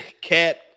cat